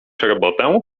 robotę